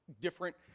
Different